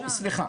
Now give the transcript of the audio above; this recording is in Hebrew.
סליחה,